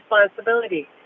responsibility